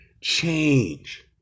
change